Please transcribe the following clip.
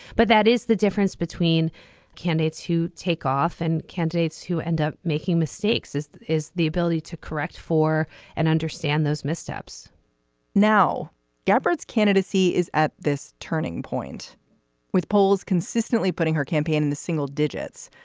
but that is the difference between candidates who take off and candidates who end up making mistakes as is the ability to correct for and understand those missteps now gilbert's candidacy is at this turning point with polls consistently putting her campaign in the single digits.